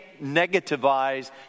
negativize